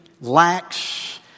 lacks